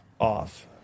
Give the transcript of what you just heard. off